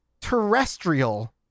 terrestrial